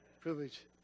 privilege